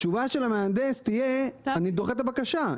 התשובה של המהנדס תהיה, אני דוחה את הבקשה.